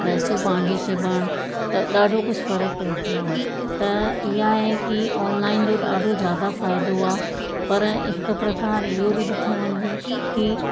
ड्रेसियूं पंहिंजी सिबण त ॾाढो कुझु फ़र्क़ु पहिजी वियो आहे त इहा आहे की ऑनलाइन जो ॾाढो ज़्यादा फ़ाइदो आहे पर हिकु प्रकार इहो बि ॾिठो वञिजे की